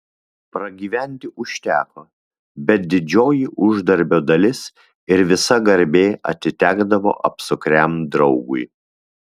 pragyventi užteko bet didžioji uždarbio dalis ir visa garbė atitekdavo apsukriam draugui